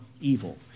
evil